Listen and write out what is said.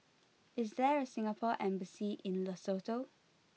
is there a Singapore embassy in Lesotho